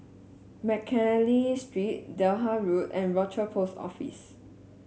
McNally Street Delta Road and Rochor Post Office